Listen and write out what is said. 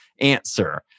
answer